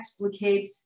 explicates